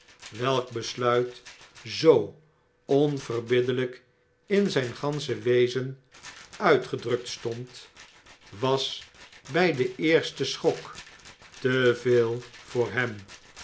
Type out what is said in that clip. welk besluit zoo onverbiddelp in zfln gansche wezen uitgedrukt stond was bg den eersten schok te veelvoor hem